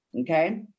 okay